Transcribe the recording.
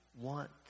want